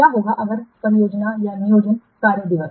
क्या होगा अगर नियोजित कार्य दिवस